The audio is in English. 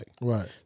Right